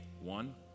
One